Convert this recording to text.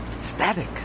static